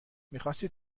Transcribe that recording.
میخاستی